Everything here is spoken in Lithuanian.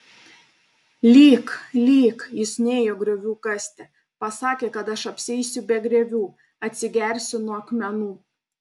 lyk lyk jis nėjo griovių kasti pasakė kad aš apsieisiu be griovių atsigersiu nuo akmenų